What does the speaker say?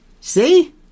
See